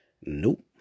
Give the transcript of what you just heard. Nope